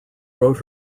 wrote